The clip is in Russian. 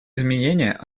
изменения